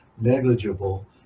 negligible